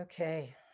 Okay